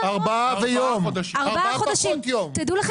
אם לא מרימים דגלים, אם לא